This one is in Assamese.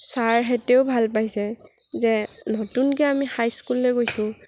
ছাৰহেঁতেও ভাল পাইছে যে নতুনকৈ আমি হাই স্কুললৈ গৈছোঁ